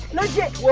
legit.